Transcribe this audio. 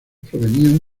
provenían